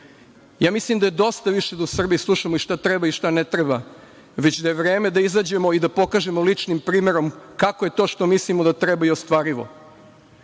Ja mislim da je dosta više da u Srbiji slušamo i šta treba i šta ne treba, već da je vreme da izađemo i da pokažemo ličnim primerom kako je to što mislimo da treba i ostvarivo. Zato